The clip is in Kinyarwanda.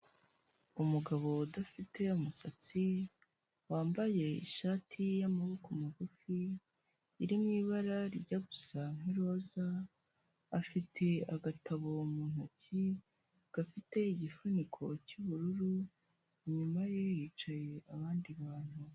Umugabo udafite umusatsi, wambaye ishati y'amaboko magufi, iri mu ibara rijya gusa nk'iroza, afite agatabo mu ntoki gafite igifuniko cy'ubururu, inyuma ye hicaye abandi bantu.